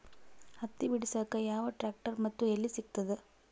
ಹತ್ತಿ ಬಿಡಸಕ್ ಯಾವ ಟ್ರ್ಯಾಕ್ಟರ್ ಮತ್ತು ಎಲ್ಲಿ ಸಿಗತದ?